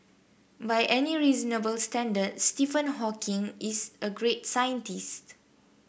by any reasonable standard Stephen Hawking is a great scientist